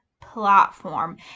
platform